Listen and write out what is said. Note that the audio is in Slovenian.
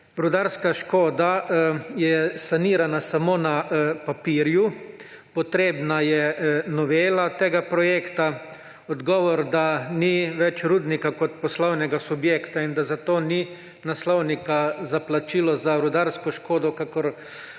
rudarska škoda je sanirana samo na papirju. Potrebna je novela tega projekta. Odgovor, da ni več rudnika kot poslovnega subjekta in da zato ni naslovnika za plačilo za rudarsko škodo, kakor